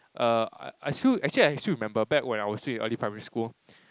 err I still actually I still remember back at the time I was still in early primary school